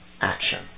action